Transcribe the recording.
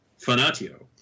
Fanatio